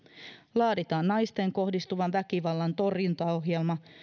laaditaan naisiin kohdistuvan väkivallan torjuntaohjelma